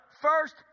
first